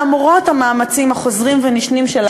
למרות המאמצים החוזרים ונשנים שלה,